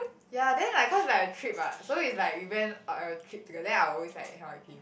ya then like cause like a trip wat so is like we went on a trip together then I always like hang out with him